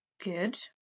good